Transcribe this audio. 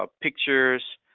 ah pictures,